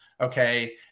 Okay